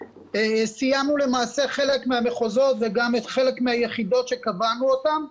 סיימנו למעשה חלק מהמחוזות וגם חלק מהיחידות שקבענו אותם.